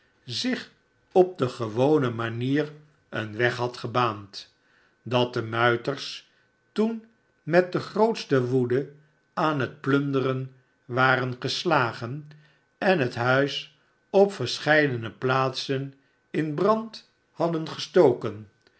zich op de gewone manier een weg had gebaand dat de muiters toen met de grootste woede aan het plunderen waren geslagen en het huis op verscheidene plaatsen in brand hadden gestoken